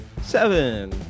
Seven